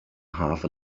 half